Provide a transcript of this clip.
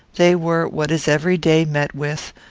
they were what is every day met with,